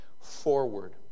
forward